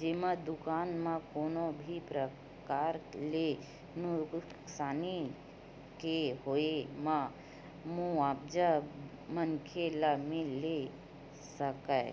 जेमा दुकान म कोनो भी परकार ले नुकसानी के होय म मुवाजा मनखे ल मिले सकय